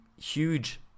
huge